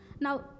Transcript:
Now